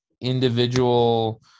individual –